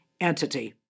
entity